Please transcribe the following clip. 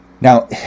Now